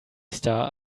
star